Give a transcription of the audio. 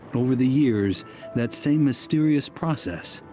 but over the years that same mysterious process,